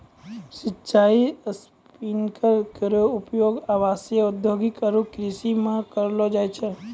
सिंचाई स्प्रिंकलर केरो उपयोग आवासीय, औद्योगिक आरु कृषि म करलो जाय छै